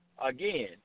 Again